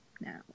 now